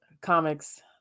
comics